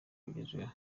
bigezweho